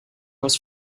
was